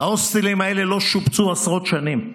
ההוסטלים האלה לא שופצו עשרות שנים.